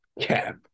Cap